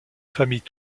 famille